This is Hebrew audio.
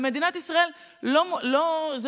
במדינת ישראל זה לא קורה.